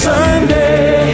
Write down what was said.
Sunday